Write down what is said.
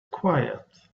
quiet